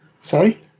Sorry